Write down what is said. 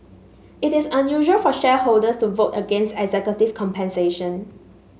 it is unusual for shareholders to vote against executive compensation